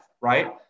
right